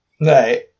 Right